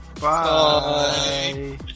Bye